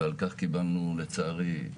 ועל כך קיבלנו, לצערי,